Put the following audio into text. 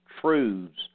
truths